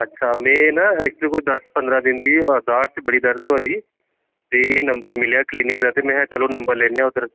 अच्छा में ना ऐक्चुअली कोई दस पंदरां दिन दी होआ दी कि बड़ी दर्द होआ दी ते एह् नंबर मिलेआ क्लीनिक दा ते महां चलो नंबर लैन्ने आं उद्धर